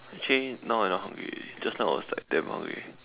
actually now I not hungry already just now I was like damn hungry